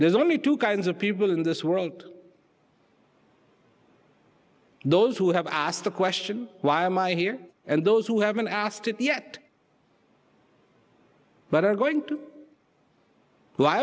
there's only two kinds of people in this world those who have asked the question why am i here and those who haven't asked it yet but are going